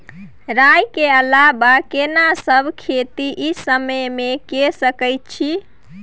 राई के अलावा केना सब खेती इ समय म के सकैछी?